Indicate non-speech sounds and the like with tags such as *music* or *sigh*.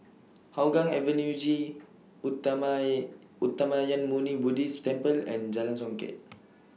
Hougang Avenue G *unintelligible* Uttamayanmuni Buddhist Temple and Jalan Songket